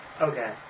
Okay